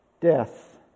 death